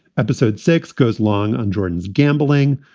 episode six goes long on jordan's gambling.